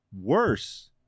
worse